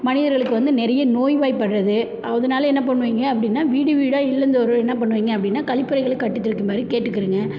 மனிதர்களுக்கு வந்து நிறைய நோய்வாய்பட்றது அதனால என்ன பண்ணுவீங்க அப்படின்னா வீடு வீடாக இல்லந்தோறும் என்ன பண்ணுவீங்க அப்படின்னா கழிப்பறைகள கட்டி படி கேட்டுக்கிறீங்க